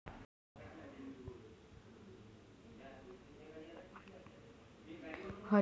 हरियाणा आणि पंजाबमधील शेतकऱ्यांनी शेतकरी बिलला सर्वाधिक विरोध केला